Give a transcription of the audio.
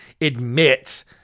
admit